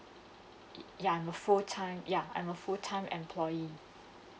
ya I'm a full time ya I'm a full time employee